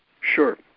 Sure